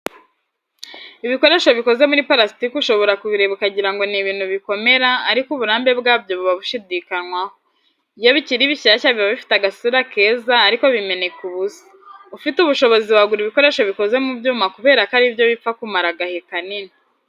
Ibikoresho bikoze muri parasitike ushobora kubireba ukagira ngo ni ibintu bikomera ariko uburambe bwabyo buba bushidikanwaho. Iyo bikiri bishyashya biba bifite agasura keza ariko bimeneka ubusa. Ufite ubushobozi wagura ibikoresho bikoze mu byuma kubera ko ari byo bipfa kumara agahe kanini.